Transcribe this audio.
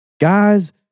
guys